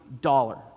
dollar